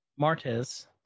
Martez